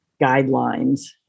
guidelines